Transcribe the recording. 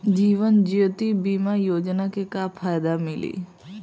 जीवन ज्योति बीमा योजना के का फायदा मिली?